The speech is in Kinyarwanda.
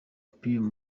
pius